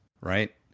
right